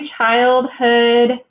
childhood